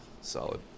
Solid